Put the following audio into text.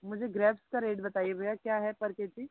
मुझे ग्रैप्स का रेट बताइए भैया क्या है पर केजी